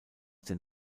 den